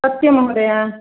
सत्यं महोदय